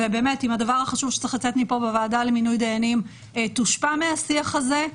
אם הדבר החשוב שצריך לצאת מפה בוועדה למינוי דיינים יושפע מהשיח הזה,